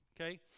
okay